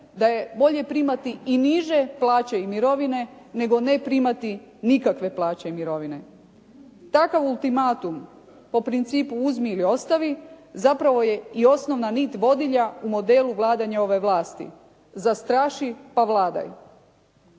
da je bolje primati i niže plaće i mirovine, nego ne primati nikakve plaće i mirovine. Takav ultimatum po principu uzmi ili ostavi zapravo je i osnovna nit vodilja u modelu vladanja ove vlasti, zastraši pa vladaj.